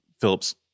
Phillip's